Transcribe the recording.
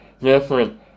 different